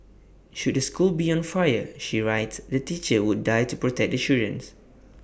should the school be on fire she writes the teacher would die to protect the children